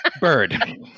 Bird